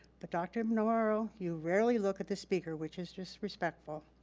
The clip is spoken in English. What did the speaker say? but dr. navarro, you rarely look at the speaker, which is disrespectful.